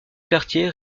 quartier